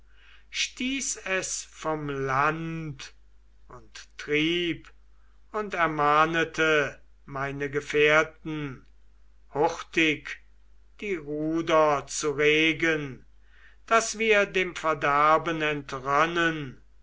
stieß es vom land und trieb und ermahnete meine gefährten hurtig die ruder zu regen daß wir dem verderben entrönnen